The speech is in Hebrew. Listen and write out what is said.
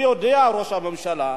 הוא יודע, ראש הממשלה,